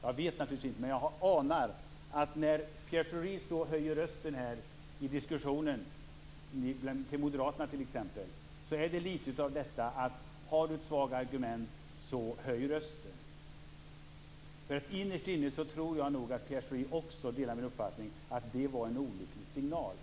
Jag vet naturligtvis inte, men jag anar att när Pierre Schori så höjer rösten här i diskussionen, till moderaterna t.ex., så beror det litet på detta att om man har svaga argument så höjer man rösten. Jag tror nog att Pierre Schori innerst inne delar min uppfattning att det var en olycklig signal.